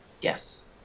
Yes